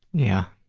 yeah.